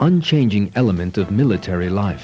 unchanging element of military life